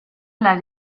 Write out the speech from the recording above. las